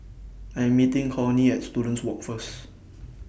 I Am meeting Cornie At Students Walk First